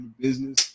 business